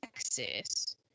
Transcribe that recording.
Texas